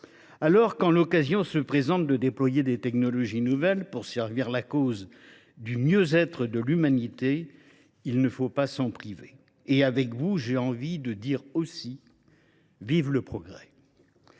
lors, quand l’occasion se présente de déployer des technologies nouvelles pour servir la cause du mieux être de l’humanité, il ne faut pas s’en priver ! Et, avec vous, j’ai envie de dire à mon tour :« Vive le progrès !